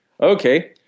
Okay